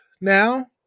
now